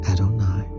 Adonai